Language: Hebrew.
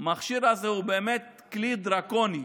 המכשיר הזה הוא באמת כלי דרקוני.